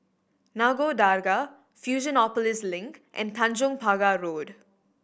Nagore Dargah Fusionopolis Link and Tanjong Pagar Road